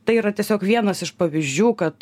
tai yra tiesiog vienas iš pavyzdžių kad